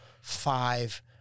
five